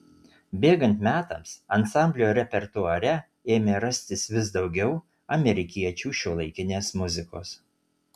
bėgant metams ansamblio repertuare ėmė rastis vis daugiau amerikiečių šiuolaikinės muzikos